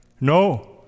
No